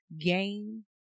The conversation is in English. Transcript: game